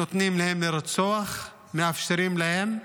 נותנים להם לרצוח, מאפשרים להם,